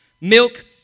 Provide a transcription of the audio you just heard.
milk